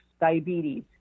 diabetes